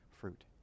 fruit